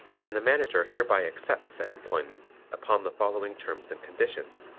and the manager hereby accepts said employment, upon the following terms and conditions.